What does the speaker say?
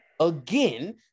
again